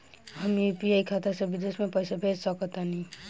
हम यू.पी.आई खाता से विदेश म पइसा भेज सक तानि?